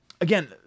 again